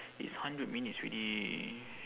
it's hundred minutes already